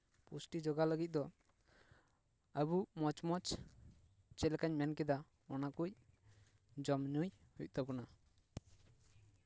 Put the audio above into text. ᱯᱩᱥᱴᱤ ᱡᱚᱜᱟᱣ ᱞᱟᱹᱜᱤᱫ ᱫᱚ ᱟᱵᱚ ᱢᱚᱡᱽ ᱢᱚᱡᱽ ᱪᱮᱫ ᱞᱮᱠᱟᱧ ᱢᱮᱱ ᱠᱮᱫᱟ ᱚᱱᱟ ᱠᱚ ᱡᱚᱢ ᱧᱩᱭ ᱦᱩᱭᱩᱜ ᱛᱟᱵᱚᱱᱟ